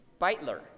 Beitler